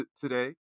today